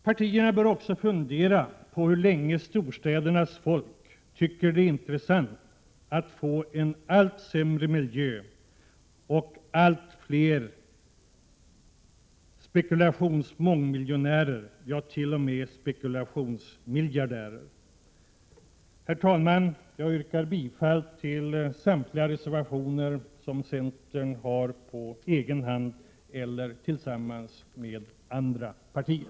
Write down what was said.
Partierna bör också fundera på hur länge storstädernas folk tycker det är intressant att få en allt sämre miljö, och allt fler spekulationsmångmiljonärer, ja t.o.m. spekulationsmiljardärer. Herr talman! Jag yrkar bifall till samtliga reservationer där centern finns med, antingen på egen hand eller tillsammans med andra partier.